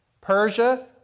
Persia